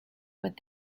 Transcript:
with